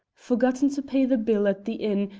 forgotten to pay the bill at the inn,